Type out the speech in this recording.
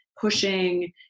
pushing